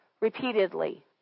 repeatedly